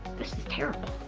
this is terrible.